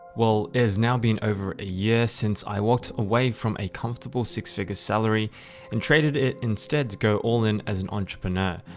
well, is now being over a year since i walked away from a comfortable six figure salary and traded it instead to go all in as an entrepreneur.